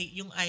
yung